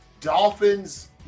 Dolphins